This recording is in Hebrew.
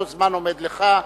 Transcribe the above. אותו זמן עומד לך,